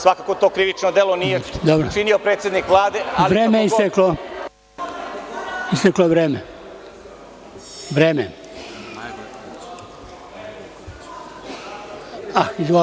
Svakako to krivično delo nije učinio predsednik Vlade, ali kako god…